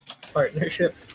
partnership